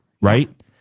right